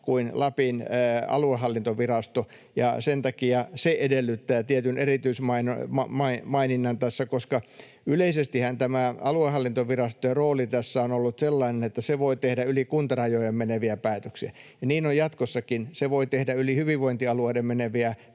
kuin Lapin aluehallintovirasto. Se edellyttää tietyn erityismaininnan tässä, koska yleisestihän tämä aluehallintoviraston rooli tässä on ollut sellainen, että se voi tehdä yli kuntarajojen meneviä päätöksiä. Niin on jatkossakin, se voi tehdä yli hyvinvointialueiden meneviä päätöksiä,